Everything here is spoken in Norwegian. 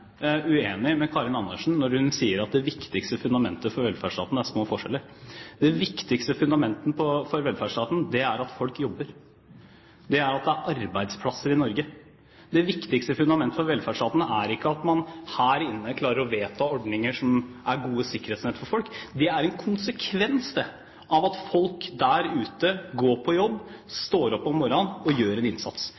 uenig med Karin Andersen når hun sier at det viktigste fundamentet for velferdsstaten er små forskjeller. Det viktigste fundamentet for velferdsstaten er at folk jobber, og at det er arbeidsplasser i Norge. Det viktigste fundamentet for velferdsstaten er ikke at man her inne klarer å vedta ordninger som er gode sikkerhetsnett for folk. Det er en konsekvens, det, av at folk der ute går på jobb,